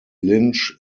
lynch